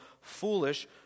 foolish